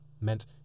meant